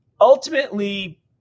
ultimately